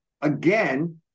again